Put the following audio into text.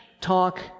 talk